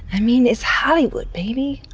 i mean, it's hollywood, baby!